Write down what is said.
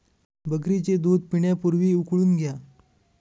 बकरीचे दूध पिण्यापूर्वी उकळून घ्या